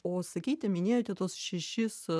o sakyti minėjote tuos šešis